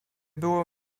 było